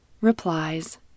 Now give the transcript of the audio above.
replies